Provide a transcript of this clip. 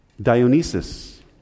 Dionysus